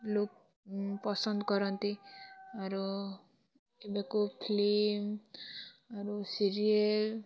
ଲୋକ ପସନ୍ଦ କରନ୍ତି ଆରୁ ଏବେ କେଉଁ ଫିଲ୍ମ ଆରୁ ସିରିଏଲ